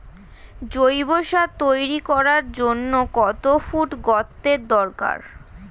জৈব সার তৈরি করার জন্য কত ফুট গর্তের দরকার?